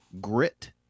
grit